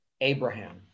Abraham